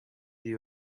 you